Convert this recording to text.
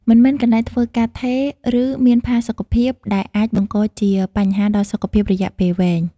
មិនមានកន្លែងធ្វើការថេរ ឬមានផាសុកភាព ដែលអាចបង្កជាបញ្ហាដល់សុខភាពរយៈពេលវែង ។